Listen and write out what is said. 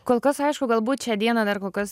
kol kas aišku galbūt šią dieną dar kol kas